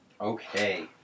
Okay